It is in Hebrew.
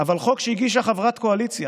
אבל חוק שהגישה חברת קואליציה